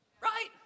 Right